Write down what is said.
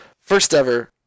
first-ever